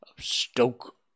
Stoke